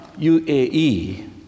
UAE